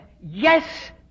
yes